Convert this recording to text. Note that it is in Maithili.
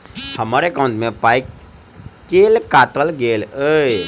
हम्मर एकॉउन्ट मे पाई केल काटल गेल एहि